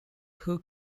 who